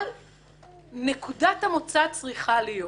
אבל נקודת המוצא צריכה להיות